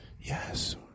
Yes